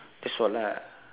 that's all lah